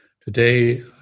Today